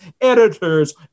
editors